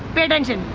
pay attention.